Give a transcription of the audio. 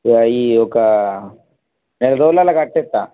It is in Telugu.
ఇగా ఈ ఒక నెల రోజుల్లో అలా కట్టేస్తాను